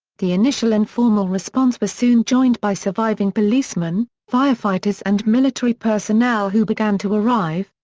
the initial informal response was soon joined by surviving policemen, firefighters and military personnel who began to arrive,